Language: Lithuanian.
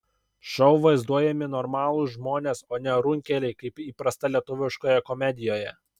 šou vaizduojami normalūs žmonės o ne runkeliai kaip įprasta lietuviškoje komedijoje